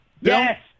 Yes